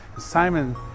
Simon